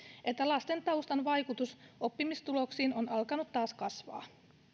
että lasten taustan vaikutus oppimistuloksiin on alkanut taas kasvaa